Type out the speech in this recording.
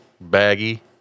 baggy